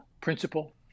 principle